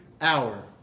hour